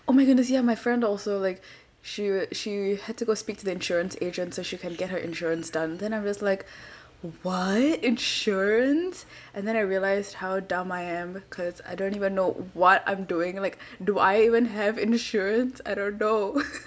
oh my goodness ya my friend also like she w~ she had to go speak to the insurance agent so she can get her insurance done then I'm just like what insurance and then I realized how dumb I am because I don't even know what I'm doing like do I even have insurance I don't know